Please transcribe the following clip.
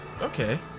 Okay